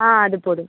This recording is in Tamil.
ஆம் அது போதும்